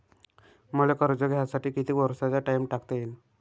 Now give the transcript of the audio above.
मले कर्ज घ्यासाठी कितीक वर्षाचा टाइम टाकता येईन?